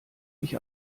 ich